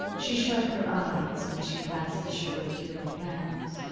she shut her eyes when she passed the sugar-cured hams.